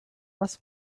was